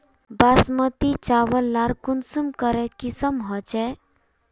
बासमती चावल लार कुंसम करे किसम होचए?